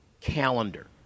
calendar